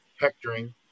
hectoring